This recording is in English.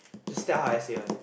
just tell her I say one